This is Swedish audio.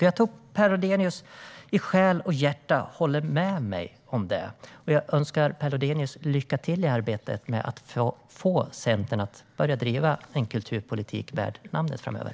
Jag tror att Per Lodenius håller med mig om detta i själ och hjärta, och jag önskar honom lycka till i arbetet med att få Centern att börja driva en kulturpolitik värd namnet framöver.